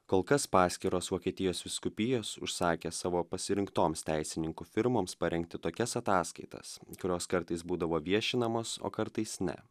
kol kas paskyros vokietijos vyskupijos užsakė savo pasirinktoms teisininkų firmoms parengti tokias ataskaitas kurios kartais būdavo viešinamos o kartais ne